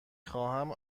خواهم